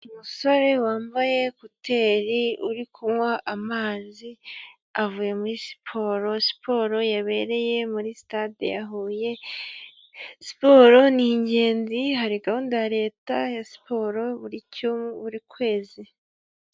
Umusore wambaye kuteri uri kunywa amazi, avuye muri siporo, siporo yabereye muri sitade ya Huye, siporo ni ingenzi, hari gahunda ya Leta ya siporo buri buri kwezi.